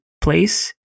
place